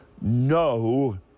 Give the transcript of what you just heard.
no